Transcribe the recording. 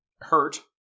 Hurt